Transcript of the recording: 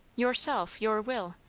yourself your will.